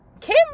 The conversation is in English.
Kim